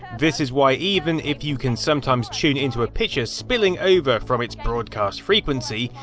this is why even if you can sometimes tune into a picture spilling over from its broadcast frequency,